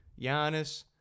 Giannis